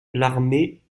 l’armée